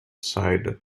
side